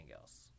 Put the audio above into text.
else